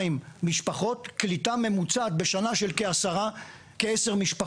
משפחות קליטה ממוצעת בשנה של כ-10 משפחות.